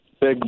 big